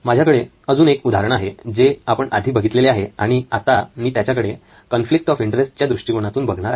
माझ्याकडे अजून एक उदाहरण आहे जे आपण आधी बघितलेले आहे आणि आता मी त्याच्याकडे कॉन्फ्लिक्ट ऑफ इंटरेस्ट च्या दृष्टिकोनातून बघणार आहे